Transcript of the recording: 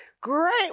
great